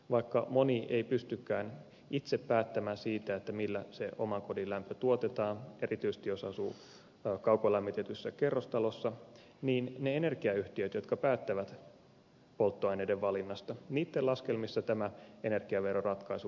vaikka moni ei pystykään itse päättämään siitä millä se oman kodin lämpö tuotetaan erityisesti jos asuu kaukolämmitetyssä kerrostalossa niin niiden energiayhtiöiden laskelmissa jotka päättävät polttoaineiden valinnasta tämä energiaveroratkaisu vaikuttaa hyvin merkittävästi